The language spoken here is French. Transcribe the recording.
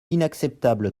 inacceptable